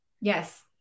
yes